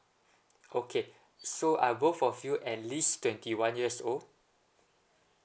okay so are both of you at least twenty one years old